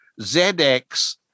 ZX